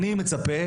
אני מצפה